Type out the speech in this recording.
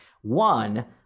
One